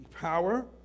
power